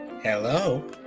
Hello